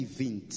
20